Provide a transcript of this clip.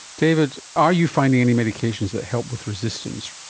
david, are you finding any medications that help with resistance?